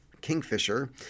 Kingfisher